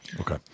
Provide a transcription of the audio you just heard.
Okay